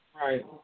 Right